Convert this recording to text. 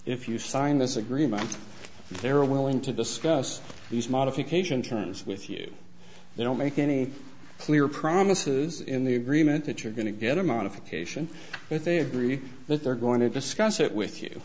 if you sign this agreement they're willing to discuss these modification terms with you they don't make any clear promises in the agreement that you're going to get a modification i think three that they're going to discuss it with you